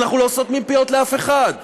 אנחנו לא סותמים פיות לאף אחד.